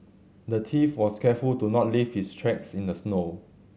the thief was careful to not leave his tracks in the snow